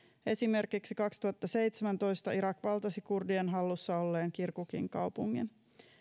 esimerkiksi vuonna kaksituhattaseitsemäntoista irak valtasi kurdien hallussa olleen kirkukin kaupungin